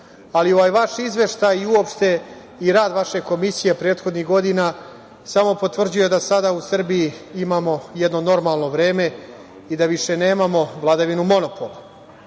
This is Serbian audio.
Ali ovaj vaš izveštaj i uopšte rad vaše komisije prethodnih godina samo potvrđuje da sada u Srbiji imamo jedno normalno vreme i da više nemamo vladavinu monopola.